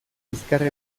bizkarra